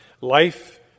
life